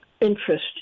interest